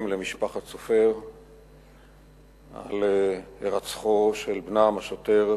למשפחת סופר על הירצחו של בנם השוטר,